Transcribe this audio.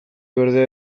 berdea